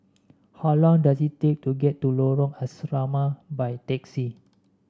how long does it take to get to Lorong Asrama by taxi